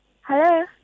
Hello